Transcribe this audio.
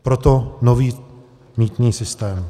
Proto nový mýtný systém.